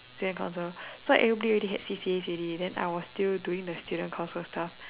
student council so everybody already had C_C_As already then I was still doing student council stuff